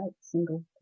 single